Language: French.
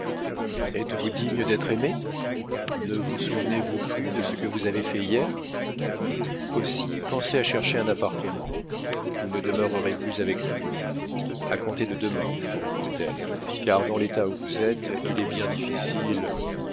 êtes-vous digne d'être aimé ne vous souvenez-vous plus de ce que vous avez fait hier aussi pensez à chercher un appartement vous ne demeurerez plus avec nous a compter de demain reprit-elle car dans l'état où vous êtes il est bien difficile